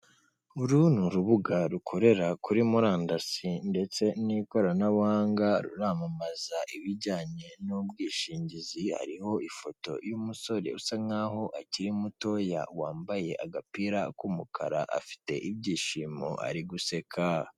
Uru ni urubuga rukorera kuri murandasi ndetse n'ikoranabuhanga, ruramamaza ibijyanye n'ubwishingizi, hariho ifoto y'umusore usa nk'aho akiri mutoya, wambaye agapira k'umukara, afite ibyishimo, ari guseka.